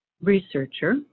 researcher